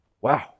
Wow